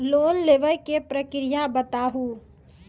Loan लेवे के प्रक्रिया बताहू?